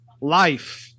life